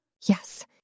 Yes